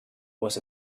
was